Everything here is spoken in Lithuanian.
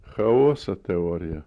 chaoso teorija